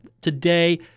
today